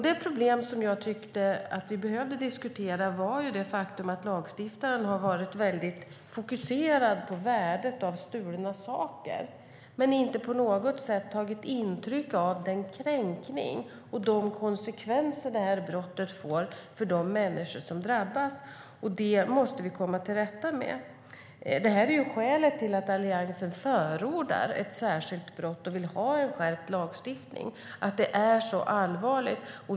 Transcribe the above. Det problem jag tyckte att vi behövde diskutera är det faktum att lagstiftaren har varit väldigt fokuserad på värdet av stulna saker men inte på något sätt tagit intryck av den kränkning och de konsekvenser brottet får för de människor som drabbas. Det måste vi komma till rätta med. Att detta är allvarligt är skälet till att Alliansen förordar ett särskilt brott och vill ha skärpt lagstiftning.